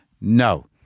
No